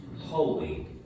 holy